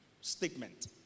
statement